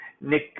Nick